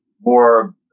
more